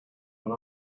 when